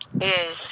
Yes